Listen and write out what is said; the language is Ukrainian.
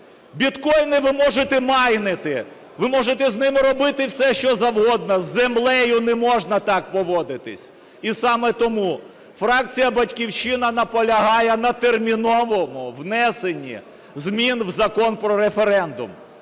Біткоїни ви можете майнити, ви можете з ними робити все, що завгодно. З землею не можна так поводитись. І саме тому фракція "Батьківщина" наполягає на терміновому внесенні змін в Закон про референдум.